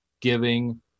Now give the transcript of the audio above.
giving